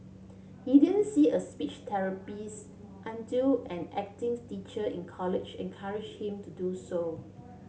he didn't see a speech therapist until an acting teacher in college encourage him to do so